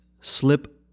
slip